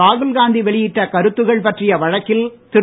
ராகுல்காந்தி வெளியிட்ட கருத்துக்கள் பற்றிய வழக்கில் திரு